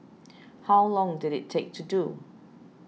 how long did it take to do